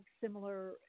similar